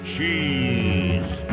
Cheese